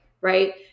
right